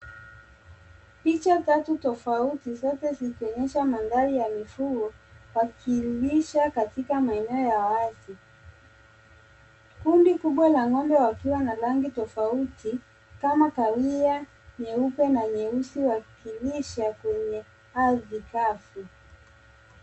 Picha tatu tafauti zote zikionyesha maandari ya mfugo yakilisha katika maeneo ya wazi. Kumbi kubwa la ng'ombe ikiwa rangi tafauti kama kahawia nyeupe na nyeusi wakilisha kwenye aridhi kafu.